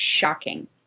shocking